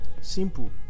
Simple